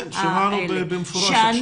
כן, שמענו במפורש עכשיו.